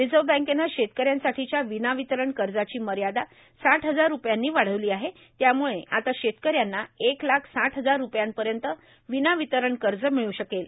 reserve बँकेनं शेतकऱ्यांसाठीच्या विनातारण कर्जाची मर्यादा साठ हजार रूपयांनी वाढवली आहे त्यामुळे आता शेतकऱ्यांना एक लाख साठ हजार रूपयांपर्यंत विनातारण कर्ज मिळू शकेल